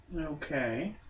Okay